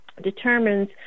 determines